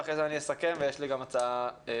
אחרי זה אני אסכם ויש לי גם הצעה פרקטית.